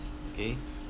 okay